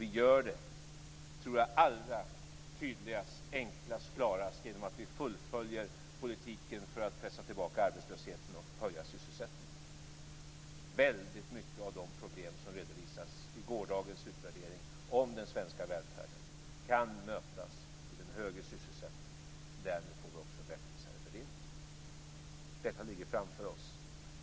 Jag tror att vi gör det allra tydligast, enklast och klarast genom att vi fullföljer politiken för att pressa tillbaka arbetslösheten och höja sysselsättningen. Väldigt många att de problem som redovisades i gårdagens utvärdering av den svenska välfärden kan mötas med en högre sysselsättning. Därmed får vi också en rättvisare fördelning. Detta ligger framför oss.